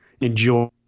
Enjoy